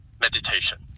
meditation